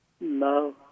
No